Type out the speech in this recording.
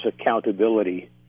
accountability